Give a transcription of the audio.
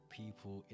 people